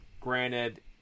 granted